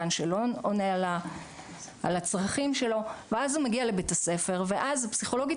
גן שלא עונה על הצרכים שלו ואז הוא מגיע לבית הספר ואז פסיכולוגית